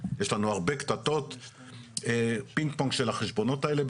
יש לנו הרבה קטטות ופינג פונג של החשבונות האלה.